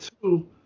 Two